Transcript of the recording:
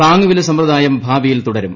താങ്ങുവില സമ്പ്രദായം ഭാവിയിൽ തുടരും